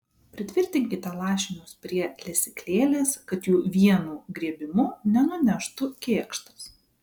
pritvirtinkite lašinius prie lesyklėlės kad jų vienu griebimu nenuneštų kėkštas